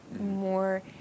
more